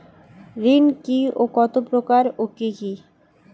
ঋণ কি ও কত প্রকার ও কি কি?